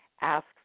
ask